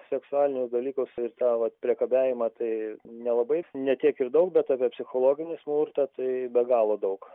seksualinius dalykus ir tą vat priekabiavimą tai nelabai ne tiek ir daug bet apie psichologinį smurtą tai be galo daug